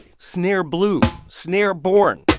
snare blue, snare born,